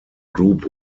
group